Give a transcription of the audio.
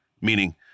Meaning